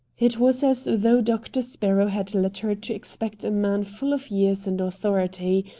it was as though doctor sparrow had led her to expect a man full of years and authority,